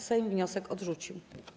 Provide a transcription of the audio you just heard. Sejm wniosek odrzucił.